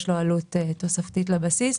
יש לו עלות תוספתית לבסיס.